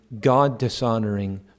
God-dishonoring